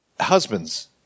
husbands